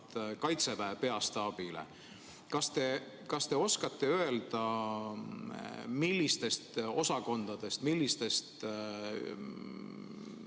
Kaitseväe peastaabile. Kas te oskate öelda, millistest osakondadest, millistest